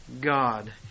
God